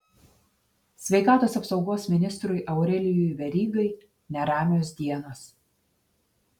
sveikatos apsaugos ministrui aurelijui verygai neramios dienos